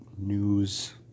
news